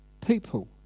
people